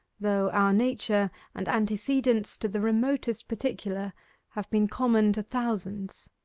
though our nature and antecedents to the remotest particular have been common to thousands.